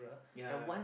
ya